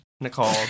nicole